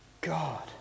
God